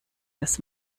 das